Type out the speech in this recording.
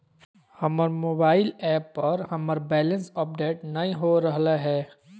हमर mobile app पर हमर बैलेंस अपडेट नय हो रहलय हें